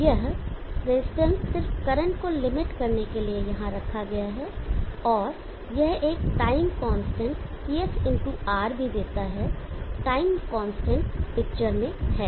यह रेजिस्टेंस सिर्फ करंट को लिमिट करने के लिए यहां रखा गया है और यह एक time constant Cs into R भी देता है टाइम कांस्टेंट पिक्चर में है